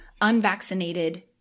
unvaccinated